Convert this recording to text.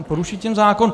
Poruší tím zákon.